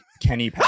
kenny